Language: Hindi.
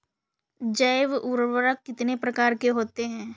जैव उर्वरक कितनी प्रकार के होते हैं?